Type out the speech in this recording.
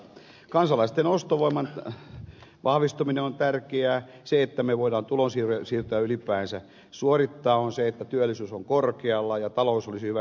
kansalaisten ostovoiman vahvistuminen on tärkeää ja edellytyksenä että me voimme tulonsiirtoja ylipäänsä suorittaa on se että työllisyys on korkealla ja talous olisi hyvässä kunnossa